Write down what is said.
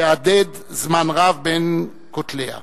תהדהד זמן רב בין כתליה.